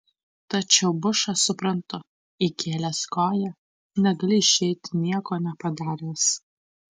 tačiau bušą suprantu įkėlęs koją negali išeiti nieko nepadaręs